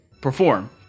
perform